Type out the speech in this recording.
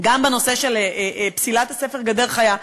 גם בנושא של פסילת הספר "גדר חיה",